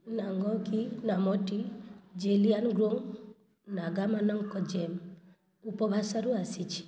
ନାଙ୍ଗକି ନାମଟି ଜେଲିଆନ୍ଗ୍ରୋଙ୍ଗ ନାଗାମାନଙ୍କ ଜେମ୍ ଉପଭାଷାରୁ ଆସିଛି